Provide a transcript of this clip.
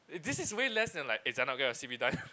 this is way less than like eh Zainab get your c_v done